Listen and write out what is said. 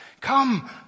Come